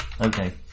Okay